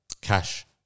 cash